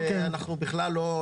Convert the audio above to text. אוקיי, בסדר.